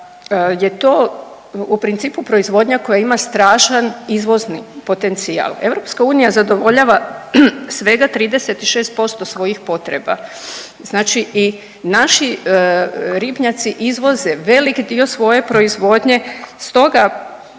je to u principu proizvodnja koja ima strašan izvozni potencijal. EU zadovoljava svega 36% svojih potreba. Znači i naši ribnjaci izvoze velik dio svoje proizvodnje stoga